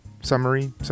Summary